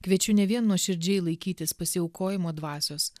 kviečiu ne vien nuoširdžiai laikytis pasiaukojimo dvasios